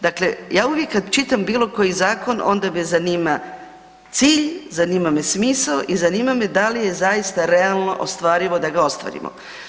Dakle, ja uvijek kad čitam bilokoji zakon, onda me zanima cilj, zanima me smisao i zanima me da li je zaista realno ostvarivo da ga ostvarimo.